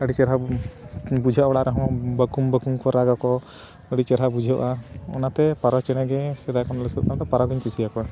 ᱟᱹᱰᱤ ᱪᱮᱦᱨᱟ ᱵᱩᱡᱷᱟᱹᱜᱼᱟ ᱚᱲᱟᱜ ᱨᱮᱦᱚᱸ ᱵᱟᱠᱩᱢ ᱵᱟᱠᱩᱢ ᱠᱚ ᱨᱟᱜᱟᱠᱚ ᱟᱹᱰᱤ ᱪᱮᱦᱨᱟ ᱵᱩᱡᱷᱟᱹᱜᱼᱟ ᱚᱱᱟᱛᱮ ᱯᱟᱣᱨᱟ ᱪᱮᱬᱮᱜᱮ ᱥᱮᱫᱟᱭ ᱠᱷᱚᱱ ᱟᱹᱥᱩᱞᱮᱫ ᱠᱚᱣᱟ ᱚᱱᱟᱛᱮ ᱯᱟᱣᱨᱟ ᱜᱤᱧ ᱠᱩᱥᱤᱭᱟᱠᱚᱣᱟ